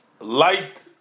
light